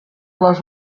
les